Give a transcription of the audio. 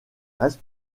reste